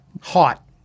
Hot